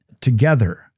together